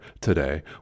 today